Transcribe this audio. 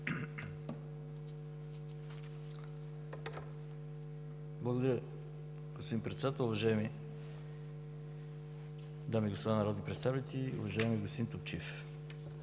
Уважаеми господин Председател, уважаеми дами и господа народни представители, уважаеми господа